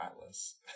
Atlas